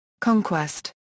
Conquest